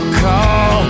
call